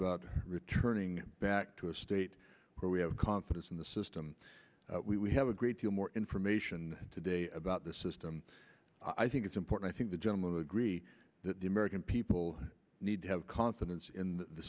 about returning back to a state where we have confidence in the system we have a great deal more information today about the system i think it's important i think the gentleman agree that the american people need to have confidence in the